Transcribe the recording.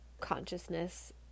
consciousness